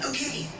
Okay